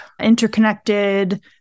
interconnected